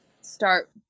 start